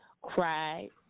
cried